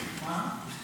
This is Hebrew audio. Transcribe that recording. יושב-ראש